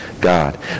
God